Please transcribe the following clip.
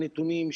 הנתונים,